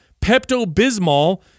Pepto-Bismol